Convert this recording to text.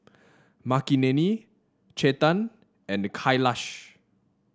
Makineni Chetan and Kailash